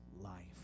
life